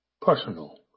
personal